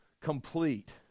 complete